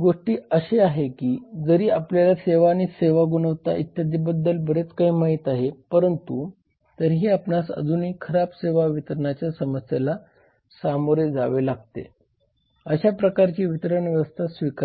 गोष्ट अशी आहे की जरी आपल्याला सेवा आणि सेवा गुणवत्ता इत्यादीबद्दल बरेच काही माहित आहे परंतु तरीही आपणास अजूनही खराब सेवा वितरणाच्या समस्येला सामोरे जावे लागते अशा प्रकारची वितरण व्यवस्था स्वीकार्य नाही